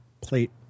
plate